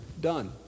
Done